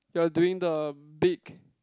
you're doing the big